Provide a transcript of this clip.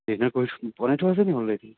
dinner কৰিব বনাই থোৱা আছেনি অল ৰেডি